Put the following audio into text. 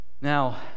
Now